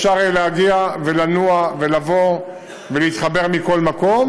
אפשר יהיה להגיע ולנוע ולבוא ולהתחבר מכל מקום,